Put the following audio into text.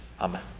Amen